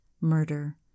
murder